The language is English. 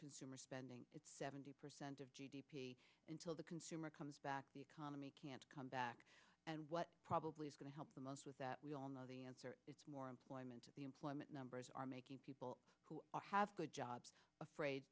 consumer spending is seventy percent of g d p until the consumer comes back the economy can't come back and what probably is going to help the most with that we all know the answer is more employment at the employment numbers are making people who have good jobs afraid